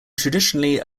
traditionally